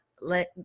let